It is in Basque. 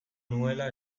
nuela